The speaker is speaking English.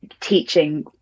teaching